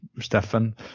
Stefan